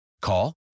Call